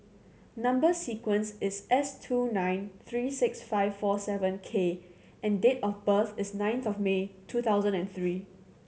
number sequence is S two nine three six five four seven K and date of birth is ninth of May two thousand and three